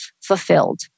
fulfilled